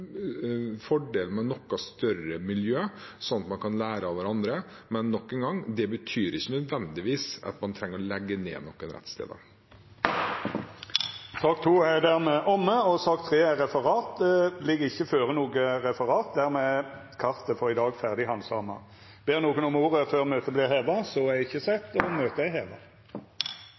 med noe større miljø, sånn at man kan lære av hverandre, men nok en gang: Det betyr ikke nødvendigvis at man trenger å legge ned noen rettssteder. Sak nr. 2 er dermed omme. Det ligg ikkje føre noko referat. Dermed er kartet for i dag ferdig handsama. Ber nokon om ordet før møtet vert heva? – Møtet er heva.